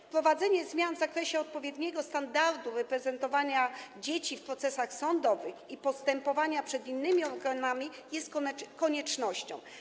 Wprowadzenie zmian w zakresie odpowiedniego standardu reprezentowania dzieci w procesach sądowych i postępowaniach przed innymi organami jest koniecznością.